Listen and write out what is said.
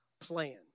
plan